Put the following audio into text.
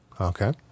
Okay